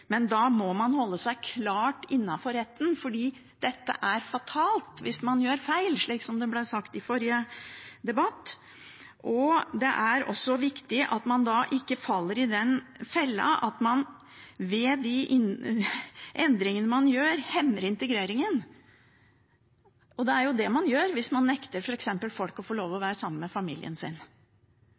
Men da må man holde seg klart innenfor retten, for det er fatalt hvis man gjør feil, slik som det ble sagt i forrige debatt. Det er også viktig at man ikke faller i den fella at man ved de endringene man gjør, hemmer integreringen. Det er det man gjør hvis man f.eks. nekter folk å få lov å være sammen med familien sin.